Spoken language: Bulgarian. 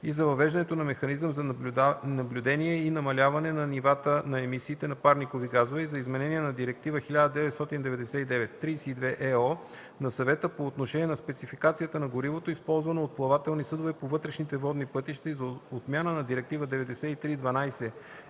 и за въвеждане на механизъм за наблюдение и намаляване на нивата на емисиите на парникови газове и за изменение на Директива 1999/32/ЕО на Съвета по отношение на спецификацията на горивото, използвано от плавателни съдове по вътрешните водни пътища, и за отмяна на Директива 93/12/ЕИО